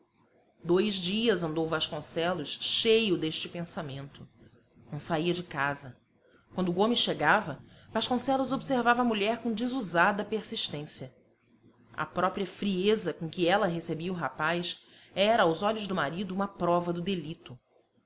dois dias andou vasconcelos cheio deste pensamento não saía de casa quando gomes chegava vasconcelos observava a mulher com desusada persistência a própria frieza com que ela recebia o rapaz era aos olhos do marido uma prova do delito